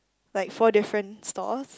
like four different stalls